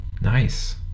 Nice